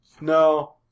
No